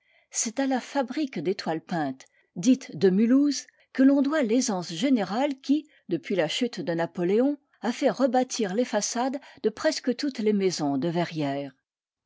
c'est à la fabrique des toiles peintes dites de mulhouse que l'on doit l'aisance générale qui depuis la chute de napoléon a fait rebâtir les façades de presque toutes les maisons de verrières